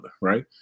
right